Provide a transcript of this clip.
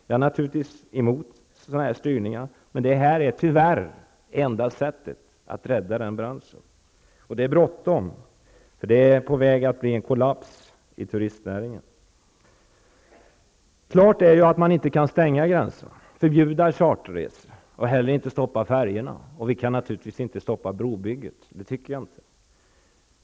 Jag är naturligtvis emot sådan här styrning, men det här är tyvärr det enda sättet att rädda branschen. Och det är bråttom. Det är på väg att bli en kollaps i turistnäringen. Klart är ju att man inte kan stänga gränserna, förbjuda charterresor och inte heller stoppa färjorna. Dessutom kan man naturligtvis inte stoppa brobygget. Det tycker inte jag.